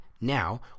now